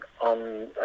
on